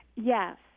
Yes